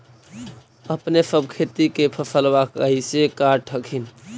अपने सब खेती के फसलबा कैसे काट हखिन?